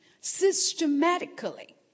systematically